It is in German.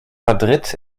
madrid